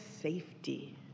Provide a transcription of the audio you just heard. safety